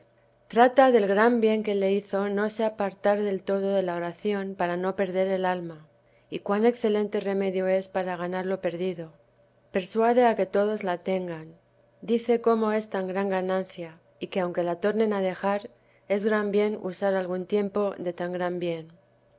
trata del gran bien que le hizo no se apartar del todo de la oración para no perder el alma y cuan excelente remedio es para ganar lo perdido persuade a que todos la tengan dice cómo es tan gran ganancia y que aunque la tornen a dejar es gran bien usar algún tiempo de tan gran bien